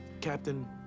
captain